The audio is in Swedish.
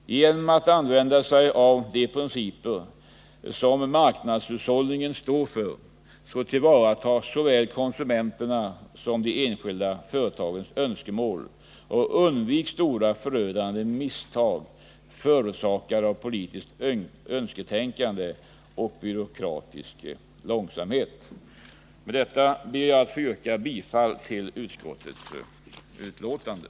Genom att de principer tillämpas som marknadshushållningen står för tillvaratas såväl konsumenternas som de enskilda företagens önskemål och undviks stora förödande misstag, förorsakade av politiskt önsketänkande och byråkratisk långsamhet. Med detta ber jag att få yrka bifall till utskottets hemställan.